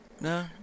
No